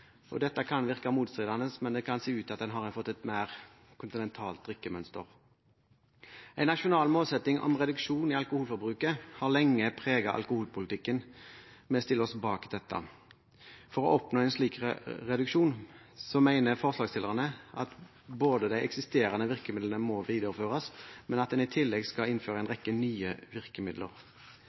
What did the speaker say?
Norge. Dette kan virke motstridende, men det kan se ut til at en har fått et mer kontinentalt drikkemønster. En nasjonal målsetting om reduksjon i alkoholforbruket har lenge preget alkoholpolitikken. Vi stiller oss bak dette. For å oppnå en slik reduksjon mener forslagsstillerne at de eksisterende virkemidlene må videreføres, men at en i tillegg skal innføre en rekke nye virkemidler.